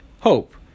hope